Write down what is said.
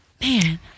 Man